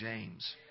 James